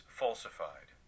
falsified